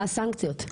מה הסנקציות?